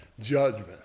judgment